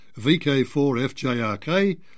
VK4FJRK